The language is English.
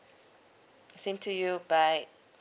same to you bye